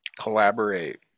collaborate